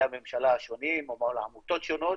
הממשלה השונים או מול עמותות שונות.